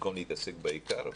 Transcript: במקום להתעסק בעיקר,